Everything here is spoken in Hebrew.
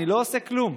אני לא עושה כלום.